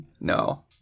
No